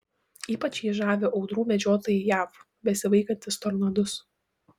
ypač jį žavi audrų medžiotojai jav besivaikantys tornadus